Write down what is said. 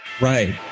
Right